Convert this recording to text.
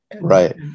Right